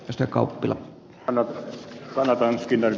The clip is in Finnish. tästä kauppila hanna kaartin